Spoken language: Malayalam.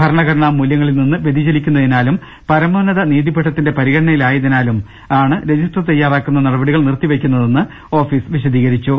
ഭരണഘടനാ മൂല്യങ്ങളിൽ നിന്ന് വൃതിചലിക്കുന്നതിനാ ലും പരമോന്നത നീതിപീഠത്തിന്റെ പരിഗണനയിലായതിനാലും ആണ് രജി സ്റ്റർ തയ്യാറാക്കുന്ന നടപടികൾ നിർത്തിവെയ്ക്കുന്നതെന്ന് ഓഫീസ് വിശദീ കരിച്ചു